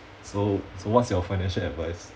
so so what's your financial advice